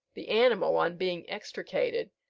the animal, on being extricated,